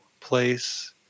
place